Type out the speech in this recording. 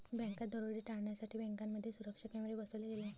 बँकात दरोडे टाळण्यासाठी बँकांमध्ये सुरक्षा कॅमेरे बसवले गेले